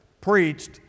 preached